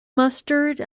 mustard